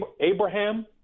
Abraham